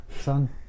son